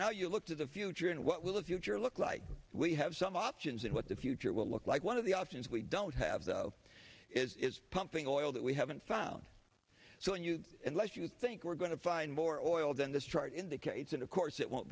now you look to the future and what will the future look like we have some options and what the future will look like one of the options we don't have though is pumping oil that we haven't found so new and less you think we're going to find more oil than this chart indicates and of course it won't